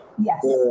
Yes